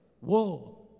whoa